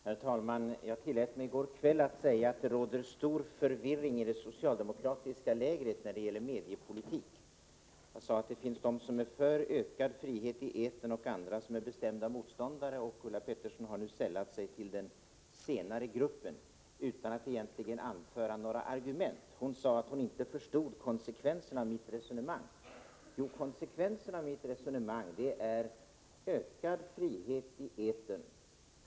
Herr talman! Jag tillät mig i går kväll säga att det råder stor förvirring i det socialdemokratiska lägret när det gäller mediepolitik. Jag sade att det finns 173 de som är för ökad frihet i etern och andra som är bestämda motståndare. Ulla Pettersson har nu sällat sig till den senare gruppen utan att egentligen anföra några argument. Hon sade att hon inte förstod konsekvenserna av mitt resonemang. Konsekvenserna av mitt resonemang är ökad frihet i etern.